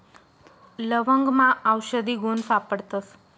लवंगमा आवषधी गुण सापडतस